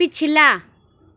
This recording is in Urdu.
پچھلا